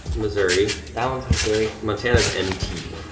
missouri. that one's missouri? montana's mt,